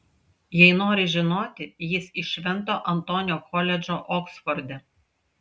jei nori žinoti jis iš švento antonio koledžo oksforde